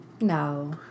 No